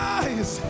eyes